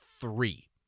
three